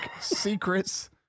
secrets